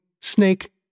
Snake